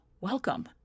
welcome